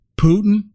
Putin